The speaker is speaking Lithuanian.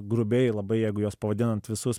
grubiai labai jeigu juos pavadinant visus